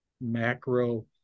macro